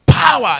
power